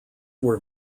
were